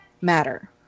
matter